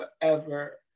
forever